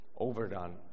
overdone